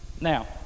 Now